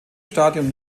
stadium